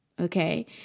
Okay